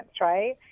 right